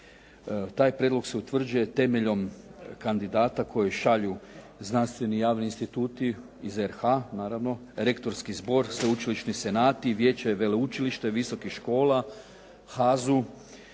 Taj prijedlog se utvrđuje temeljom kandidata koji šalju znanstveni i javni instituti iz RH naravno, rektorski zbor, sveučilišni senati, vijeće i veleučilište visokih škola, HAZU,